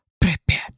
Prepare